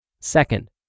Second